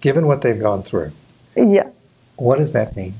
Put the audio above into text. given what they've gone through you know what is that me